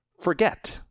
forget